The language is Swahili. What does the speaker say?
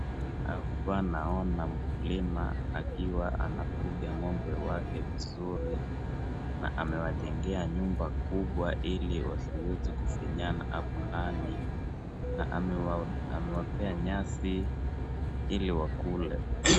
Hapa naona mkulima akiwa anafuga ngombe wake wazuri na amewajengea nyumba kubwa ili wasiweze kufinyana hapo ndani, na amewapea nyasi ili wakule.